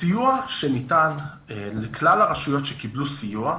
הסיוע שניתן לכלל הרשויות שקיבלו סיוע,